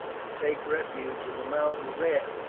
and take refuge in the mountains there,